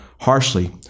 harshly